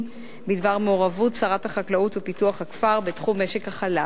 בדבר מעורבות שרת החקלאות ופיתוח הכפר בתחום משק החלב.